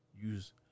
Use